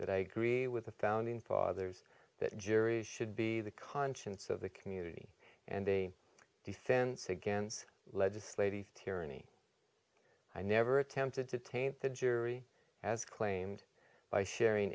that i agree with the founding fathers that juries should be the conscience of the community and they defense against legislating tyranny i never attempted to taint the jury as claimed by sharing